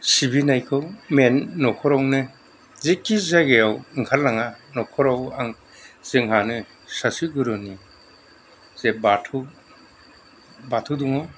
सिबिनायखौ मेन न'खरावनो जेखि जायगायाव ओंखारालाङा न'खराव आं जोंहानो सासे गुरुनि जे बाथौ बाथौ दङ